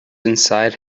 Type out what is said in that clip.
inside